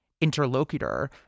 interlocutor